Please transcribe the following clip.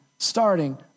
Starting